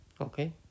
okay